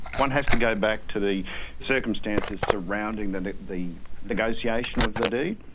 one has to go back to the circumstances surrounding and the negotiation of the deed,